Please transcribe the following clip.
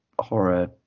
horror